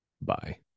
Bye